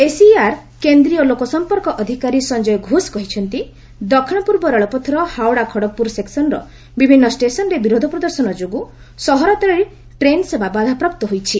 SER କେନ୍ଦ୍ରୀୟ ଲୋକ ସମ୍ପର୍କ ଅଧିକାରୀ ସଞ୍ଚୟ ଘୋଷ କହିଛନ୍ତି ଦକ୍ଷିଣ ପୂର୍ବ ରେଳପଥର ହାଓ୍ୱଡ଼ା ଖଡଗ୍ପୁର ସେକ୍ସନର ବିଭିନ୍ନ ଷ୍ଟେସନ୍ରେ ବିରୋଧ ପ୍ରଦର୍ଶନ ଯୋଗୁଁ ସହରତଳି ଟ୍ରେନ୍ ସେବା ବାଧାପ୍ରାପ୍ତ ହୋଇଛି